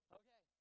okay